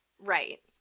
Right